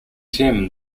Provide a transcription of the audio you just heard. tim